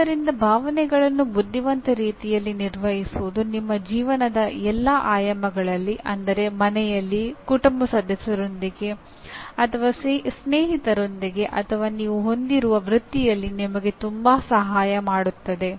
ಆದ್ದರಿಂದ ಭಾವನೆಗಳನ್ನು ಬುದ್ಧಿವಂತ ರೀತಿಯಲ್ಲಿ ನಿರ್ವಹಿಸುವುದು ನಿಮ್ಮ ಜೀವನದ ಎಲ್ಲಾ ಆಯಾಮಗಳಲ್ಲಿ ಅಂದರೆ ಮನೆಯಲ್ಲಿ ಕುಟುಂಬ ಸದಸ್ಯರೊಂದಿಗೆ ಅಥವಾ ಸ್ನೇಹಿತರೊಂದಿಗೆ ಅಥವಾ ನೀವು ಹೊಂದಿರುವ ವೃತ್ತಿಯಲ್ಲಿ ನಿಮಗೆ ತುಂಬಾ ಸಹಾಯ ಮಾಡುತ್ತದೆ